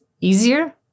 easier